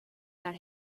that